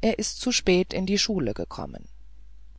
er ist zu spät in die schule gekommen